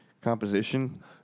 composition